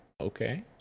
Okay